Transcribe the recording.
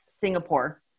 Singapore